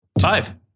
Five